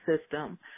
system